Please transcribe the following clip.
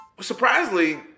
Surprisingly